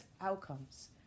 outcomes